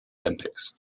olympics